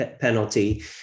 Penalty